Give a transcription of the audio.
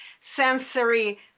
sensory